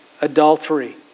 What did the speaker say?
adultery